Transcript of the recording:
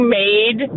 made